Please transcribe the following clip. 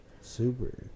super